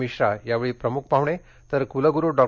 मिश्रा यावेळी प्रमुख पाहणे तर कुलग्रु डॉ